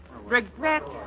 Regret